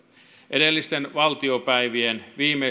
edellisten valtiopäivien viimeisten viikkojen tapahtumat